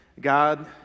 God